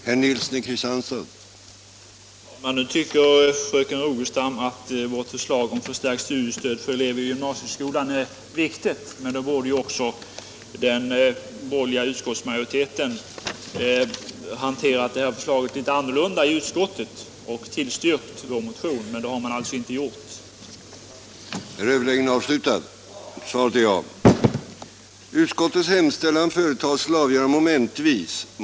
Herr talman! Nu tycker fröken Rogestam att vårt förslag om förstärkt studiestöd för elever i gymnasieskolan är viktigt. Då borde också den borgerliga utskottsmajoriteten ha hanterat förslaget litet annorlunda i utskottet och tillstyrkt vår motion, men det har man inte gjort. den det ej vill röstar nej. den det ej vill röstar nej.